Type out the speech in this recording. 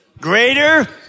greater